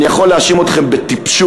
אני יכול להאשים אתכם בטיפשות,